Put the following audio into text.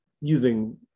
using